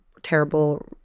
Terrible